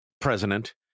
president